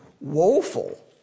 woeful